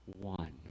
one